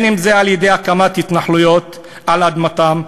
על-ידי הקמת התנחלויות על אדמתם,